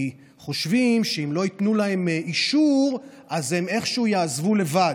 כי חושבים שאם לא ייתנו להם אישור אז הם איכשהו יעזבו לבד.